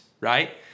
right